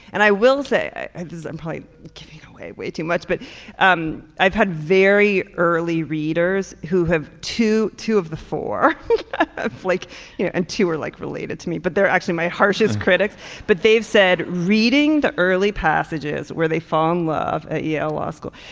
and i will say this i'm giving away too much but um i've had very early readers who have to two of the four ah flake you know and two are like related to me but they're actually my harshest critics but they've said reading the early passages where they found love at yale law school